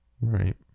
Right